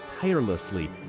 tirelessly